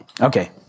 Okay